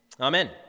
Amen